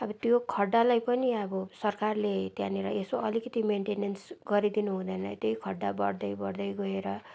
अब त्यो गड्डालाई पनि अब सरकारले त्यहाँनेर यसो अलिकति मेन्टेनेन्स गरिदिनु हुँदैन त्यही गड्डा बढ्दै बढ्दै गएर